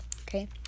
okay